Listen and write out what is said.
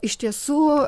iš tiesų